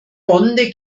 bonde